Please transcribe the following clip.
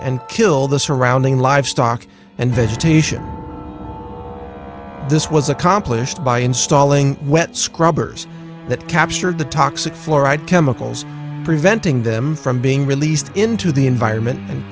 and kill the surrounding livestock and vegetation this was accomplished by installing wet scrubbers that caps sure the toxic fluoride chemicals preventing them from being released into the environment and